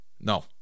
No